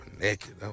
naked